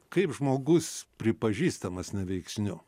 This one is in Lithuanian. kaip žmogus pripažįstamas neveiksniu